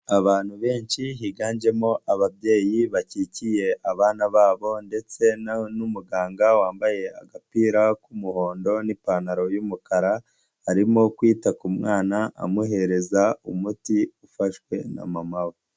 Abantu benshi higanjemo ababyeyi bakikiye abana babo ndetse n'umuganga wambaye agapira k'umuhondo n'ipantaro y'umukara, arimo kwita ku mwana amuhereza umuti ufashwe na mama we.